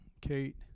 Kate